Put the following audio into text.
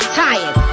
tired